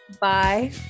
Bye